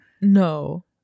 No